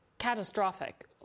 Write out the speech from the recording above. Catastrophic